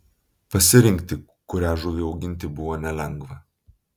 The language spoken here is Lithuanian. pasirinkti kurią žuvį auginti buvo nelengva